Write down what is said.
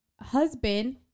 husband